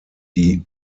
die